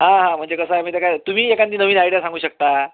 हां हां म्हणजे कसं आहे माहिती आहे का तुम्ही एखादी नवीन आयडीया सांगू शकता